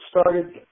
started